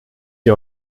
sie